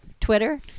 Twitter